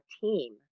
team